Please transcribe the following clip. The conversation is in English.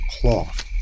cloth